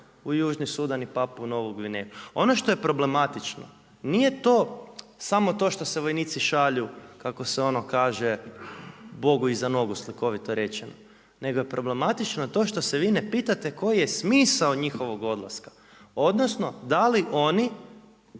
u Južni Sudan i Papuu Novu Gvineju. Ono što je problematično, nije to samo to što se vojnici šalju kako se onu kaže Bogu iza nogu slikovito rečeno, nego je problematično to što se vi ne pitate koji je smisao njihovog odlaska odnosno da li oni